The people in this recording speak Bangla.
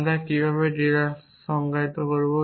আমরা কিভাবে ডিডাকশন সংজ্ঞায়িত করব